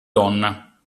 donna